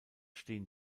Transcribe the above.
stehen